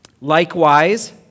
Likewise